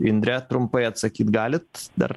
indre trumpai atsakyt galit dar